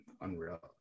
unreal